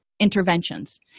interventions